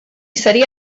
seria